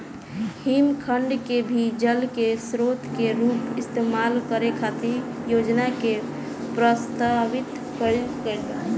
हिमखंड के भी जल के स्रोत के रूप इस्तेमाल करे खातिर योजना के प्रस्तावित कईल गईल बा